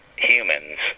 humans